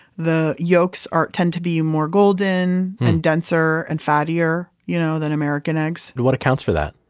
the yolks ah tend to be more golden and denser and fattier you know than american eggs what accounts for that?